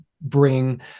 bring